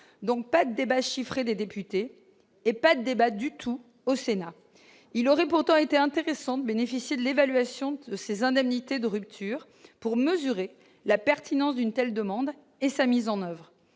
donc pas débat chiffrées des députés et pas de débat du tout, au Sénat, il aurait pourtant été intéressant de bénéficier de l'évaluation de ses indemnités de rupture pour mesurer la pertinence d'une telle demande et sa mise en oeuvre,